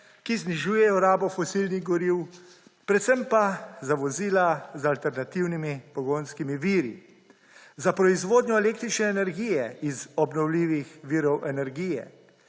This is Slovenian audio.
ki znižujejo rabo fosilnih goriv, predvsem pa za vozila z alternativnimi pogonskimi viri. Za proizvodnjo električne energije iz obnovljivih virov energije,